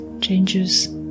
changes